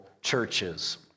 churches